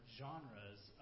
genres